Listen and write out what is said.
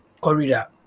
Corrida